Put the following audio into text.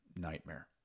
nightmare